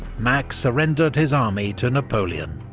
mack surrendered his army to napoleon.